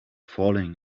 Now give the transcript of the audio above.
falling